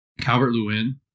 Calvert-Lewin